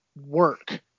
work